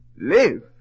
Live